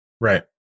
Right